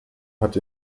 hat